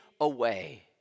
away